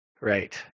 right